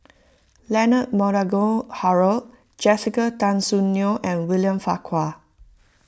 Leonard Montague Harrod Jessica Tan Soon Neo and William Farquhar